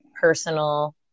personal